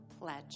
pledge